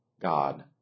God